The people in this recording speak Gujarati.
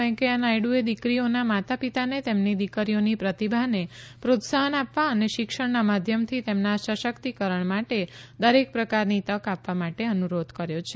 વૈકેંયા નાયડુએ દિકરીઓનાં માતા પિતાને તેમની દિકરીઓની પ્રતિભાને પ્રોત્સાહન આપવા અને શિક્ષણનાં માધ્યમથી તેમનાં સશક્તિકરણ માટે દરેક પ્રકારની તક આપવા માટે અનુરોધ કર્યો છે